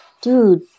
Dude